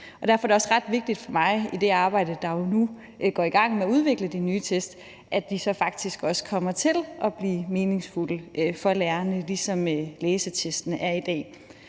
Derfor er det også ret vigtigt for mig i det arbejde, der jo nu går i gang med at udvikle de nye test, at de så faktisk også kommer til at blive meningsfulde for lærerne, ligesom læsetestene er i dag.